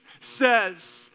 says